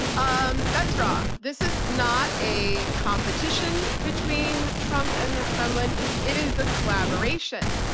um that's wrong. this is not a competition between trump and the kremlin it is a collaboration.